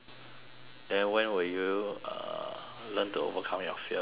then when will you uh learn to overcome your fear of swimming